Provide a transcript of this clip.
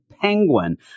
penguin